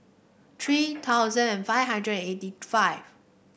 three thousand and five hundred and eighty five